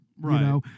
Right